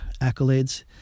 accolades